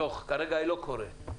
כרגע היא לא קוראת,